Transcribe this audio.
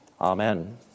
Amen